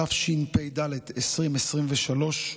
התשפ"ד 2023,